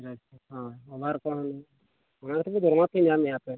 ᱟᱪᱪᱷᱟ ᱦᱳᱭ ᱚᱵᱷᱟᱨ ᱠᱚᱜᱼᱟ ᱦᱩᱱᱟᱹᱝ ᱚᱱᱟ ᱠᱷᱟᱹᱛᱤᱨ ᱫᱚᱨᱢᱟ ᱠᱚ ᱯᱮ ᱧᱟᱢᱮᱜᱼᱟ ᱟᱯᱮ